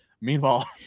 Meanwhile